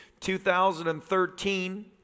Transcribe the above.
2013